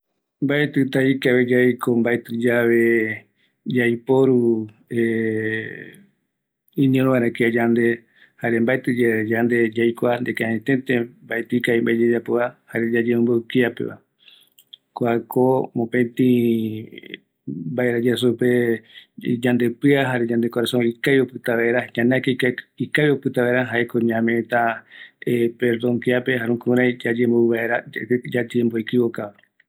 Baetɨta ikavi yaiko oïme yave mbaavɨ yayapo kiapeva, oïmetaïko yaiporu iñora vaera yandeve, jayave yapɨtata ikavi, jare ngarama yaiko jokua voɨta ndive